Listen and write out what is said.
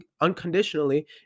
unconditionally